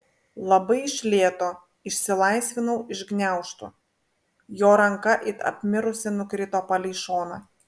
labai iš lėto išsilaisvinau iš gniaužtų jo ranka it apmirusi nukrito palei šoną